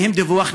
מהם דיווח,